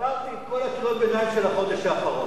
צברתי את כל קריאות הביניים שלי לחודש האחרון.